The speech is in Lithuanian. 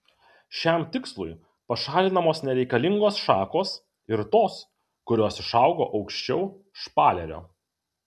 šiam tikslui pašalinamos nereikalingos šakos ir tos kurios išaugo aukščiau špalerio